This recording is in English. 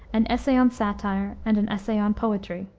an essay on satire, and an essay on poetry.